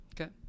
okay